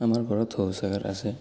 আমাৰ ঘৰত শৌচাগাৰ আছে